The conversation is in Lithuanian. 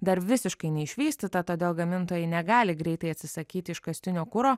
dar visiškai neišvystyta todėl gamintojai negali greitai atsisakyti iškastinio kuro